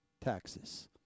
taxes